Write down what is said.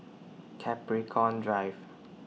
Capricorn Drive